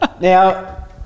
Now